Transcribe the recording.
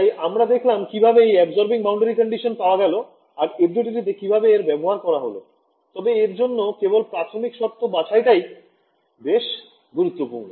তাই আমরা দেখলাম কিভাবে এই absorbing boundary condition পাওয়া গেল আর FDTD তে কিভাবে এর ব্যবহার করা হল তবে এর জন্য কেবল প্রাথমিক শর্ত বাছাই টা বেশ গুরুত্বপূর্ণ